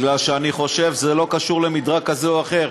בגלל שאני חושב שזה לא חשוב למדרג כזה או אחר.